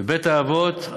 ובית-האבות,